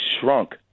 shrunk